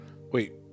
Wait